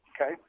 Okay